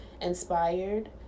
inspired